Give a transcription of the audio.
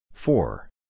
Four